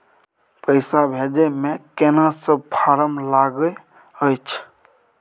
पैसा भेजै मे केना सब फारम लागय अएछ?